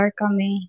kami